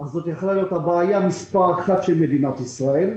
אז זו הייתה יכולה להיות הבעיה מספר אחת של מדינת ישראל.